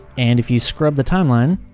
and if you scrub the timeline,